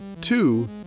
two